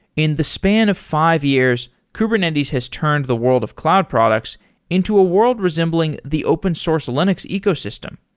in the span of five years, kubernetes has turned the world of cloud products into a world resembling the open source linux ecosystem.